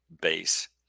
base